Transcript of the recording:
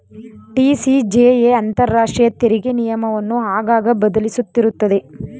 TCJA ಅಂತರಾಷ್ಟ್ರೀಯ ತೆರಿಗೆ ನಿಯಮವನ್ನು ಆಗಾಗ ಬದಲಿಸುತ್ತಿರುತ್ತದೆ